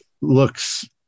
looks